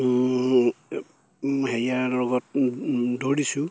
হেৰিয়াৰ লগত দৌৰিছোঁ